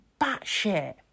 batshit